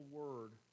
word